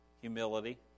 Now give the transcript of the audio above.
Humility